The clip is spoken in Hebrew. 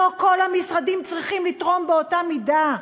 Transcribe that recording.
לא כל המשרדים צריכים לתרום באותה מידה.